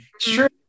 Sure